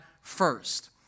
first